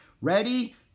Ready